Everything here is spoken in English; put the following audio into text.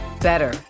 better